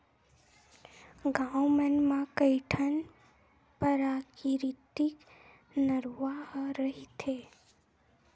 गाँव मन म कइठन पराकिरितिक नरूवा ह रहिथे